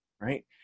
Right